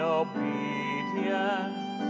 obedience